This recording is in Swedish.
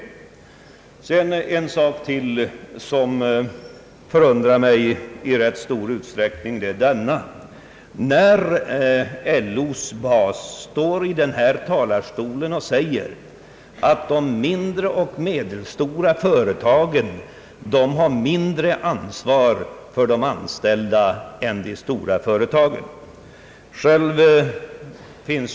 Ytterligare en sak förundrar mig i rätt stor utsträckning, nämligen när LO:s bas står i den här talarstolen och säger, att de mindre och medelstora företagen har mindre ansvar för de anställda än de stora företagen. Vi skulle kunna bevisa att så icke är förhållandet.